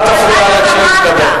אל תפריע לה כשהיא מדברת.